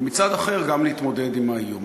ומצד אחר, גם להתמודד עם האיום,